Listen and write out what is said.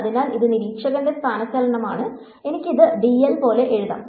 അതിനാൽ ഇത് നിരീക്ഷകന്റെ സ്ഥാനചലനമാണ് എനിക്ക് ഇത് dl പോലെ എഴുതാം